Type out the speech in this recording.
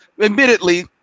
admittedly